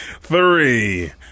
Three